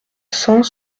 cent